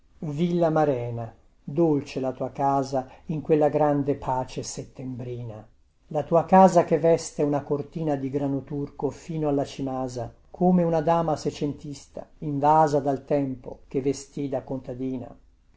difesa villamarena dolce la tua casa in quella grande pace settembrina la tua casa che veste una cortina di granoturco fino alla cimasa come una dama secentista invasa dal tempo che vestì da contadina